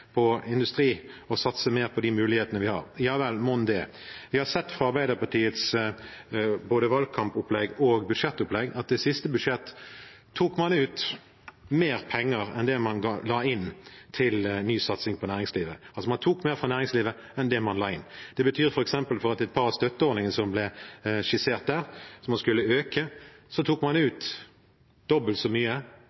på industri og de mulighetene vi har. Ja vel, mon det. Vi har sett fra både Arbeiderpartiets valgkampopplegg og deres budsjettopplegg at de i siste budsjett tok ut mer penger enn de la inn til ny satsing på næringslivet. Man tok altså mer fra næringslivet enn man la inn. Det betyr f.eks. at når det gjelder et par av støtteordningene som man skisserte der, og som man skulle øke, tok man